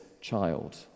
child